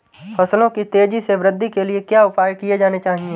फसलों की तेज़ी से वृद्धि के लिए क्या उपाय किए जाने चाहिए?